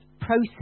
process